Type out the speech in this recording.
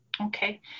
Okay